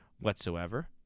whatsoever